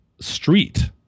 street